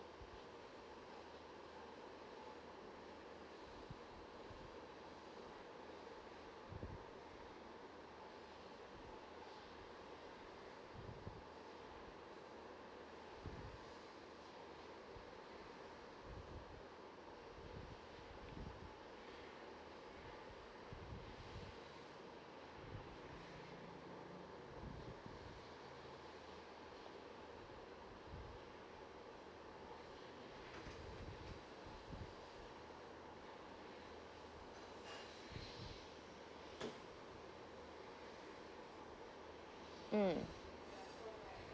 mm